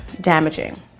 damaging